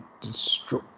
destroy